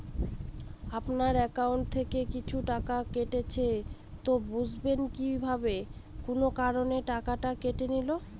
আপনার একাউন্ট থেকে কিছু টাকা কেটেছে তো বুঝবেন কিভাবে কোন কারণে টাকাটা কেটে নিল?